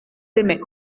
aimaient